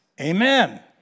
Amen